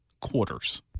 Quarters